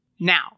Now